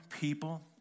people